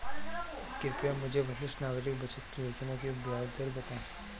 कृपया मुझे वरिष्ठ नागरिक बचत योजना की ब्याज दर बताएं?